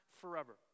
forever